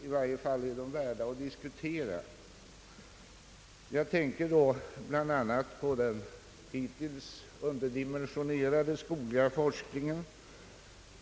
I varje fall är de värda att diskutera. Jag tänker då bl.a. på den hittills underdimensionerade skogliga forskningen.